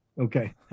Okay